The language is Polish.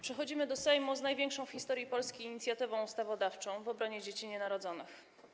Przychodzimy do Sejmu z największą w historii Polski inicjatywą ustawodawczą w obronie dzieci nienarodzonych.